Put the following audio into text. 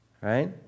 right